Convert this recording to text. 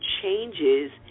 changes